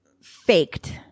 faked